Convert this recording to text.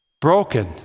broken